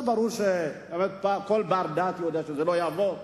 זה ברור, כל בר-דעת יודע שזה לא יעבור,